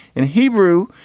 in hebrew,